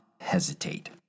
hesitate